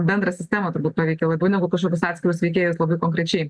bendrą sistemą turbūt paveikė labiau negu kažkokius atskirus veikėjus labai konkrečiai